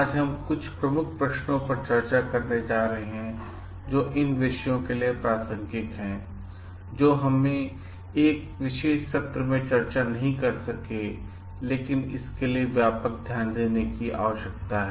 आज हम कुछ प्रमुख प्रश्नों पर चर्चा करने जा रहे हैं जो इन विषयों के लिए प्रासंगिक हैं जो हम एक विशेष सत्र में चर्चा नहीं कर सके लेकिन इसके लिए व्यापक ध्यान देने की आवश्यकता है